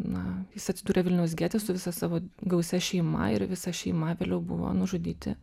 na jis atsidūrė vilniaus gete su visa savo gausia šeima ir visa šeima vėliau buvo nužudyti